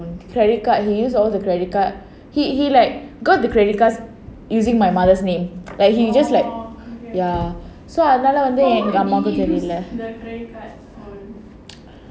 credit card he use all the credit card he he like got the credit cards using my mother's name like he just like ya so அதுனால வந்து:adhunaala vandhu